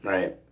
Right